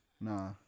Nah